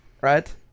right